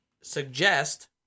suggest